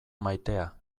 maitea